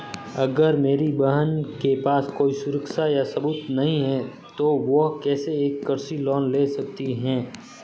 अगर मेरी बहन के पास कोई सुरक्षा या सबूत नहीं है, तो वह कैसे एक कृषि लोन ले सकती है?